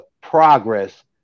progress